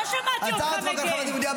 לא שמעתי אותך מגן.